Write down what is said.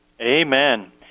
Amen